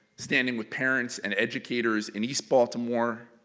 standing with parents and educators in east baltimore.